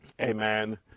Amen